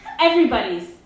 Everybody's